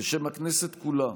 בשם הכנסת כולה,